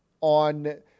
on